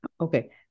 Okay